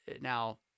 now